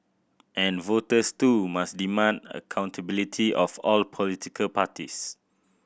and voters too must demand accountability of all political parties